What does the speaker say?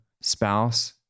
spouse